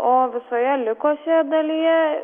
o visoje likusioje dalyje